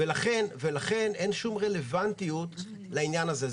לכן אין שום רלוונטיות לעניין הזה.